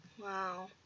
Wow